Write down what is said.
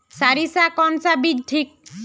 सरीसा कौन बीज ठिक?